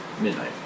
Midnight